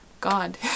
God